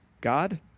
God